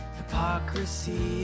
hypocrisy